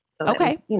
Okay